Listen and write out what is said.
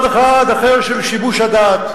אחר של שיבוש הדעת,